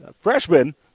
freshman